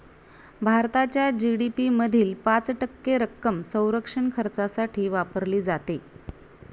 भारताच्या जी.डी.पी मधील पाच टक्के रक्कम संरक्षण खर्चासाठी वापरली जाते